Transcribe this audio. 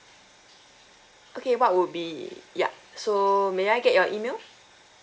okay what would be yup so may I get your email